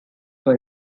for